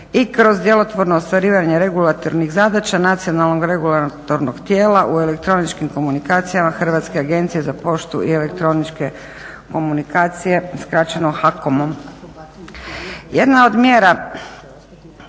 i kroz djelotvorno ostvarivanje regulatornih zadaća nacionalnog regulatornog tijela u elektroničkim komunikacijama Hrvatske agencije za poštu i elektroničke komunikacije skraćeno HAKOM-om. Jedna od mjera